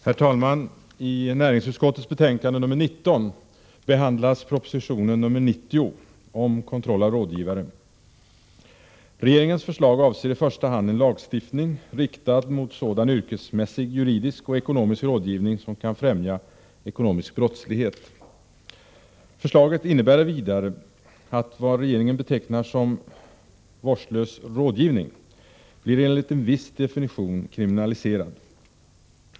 Herr talman! I näringsutskottets betänkande nr 19 behandlas proposition nr 90 om kontroll av rådgivare. Regeringens förslag avser i första hand en lagstiftning riktad mot sådan yrkesmässig juridisk och ekonomisk rådgivning som kan främja ekonomisk brottslighet. Förslaget innebär vidare att vad regeringen betecknar som ”vårdslös rådgivning” enligt en viss definition blir kriminaliserat.